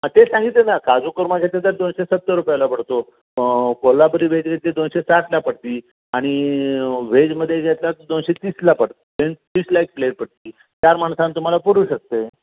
हां तेच सांगितले ना काजू कोरमा घेतलं तर दोनशे सत्तर रुपयाला पडतो कोल्हापुरी व्हेज घेतली दोनशे साठला पडते आणि व्हेजमध्ये घेतला तर दोनशे तीसला पड तीसला एक प्लेट पडते चार माणसांना तुम्हाला पुरू शकते